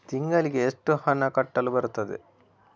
ತಿಂಗಳಿಗೆ ಎಷ್ಟು ಹಣ ಕಟ್ಟಲು ಬರುತ್ತದೆ?